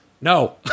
No